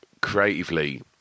creatively